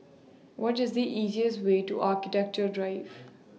What IS The easiest Way to Architecture Drive